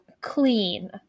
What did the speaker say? clean